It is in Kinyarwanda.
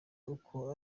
uko